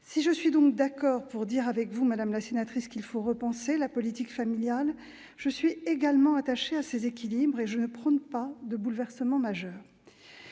Si je suis donc d'accord avec vous, madame la sénatrice, pour dire qu'il faut repenser la politique familiale, je suis également attachée à ses équilibres et je ne prône pas de bouleversement majeur.